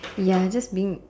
ya just being